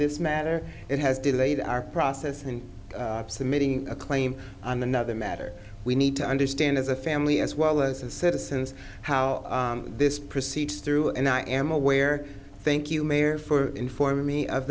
this matter it has delayed our process and submitting a claim on another matter we need to understand as a family as well as the citizens how this proceeds through and i am aware thank you mayor for informing me